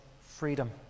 freedom